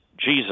Jesus